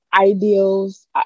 ideals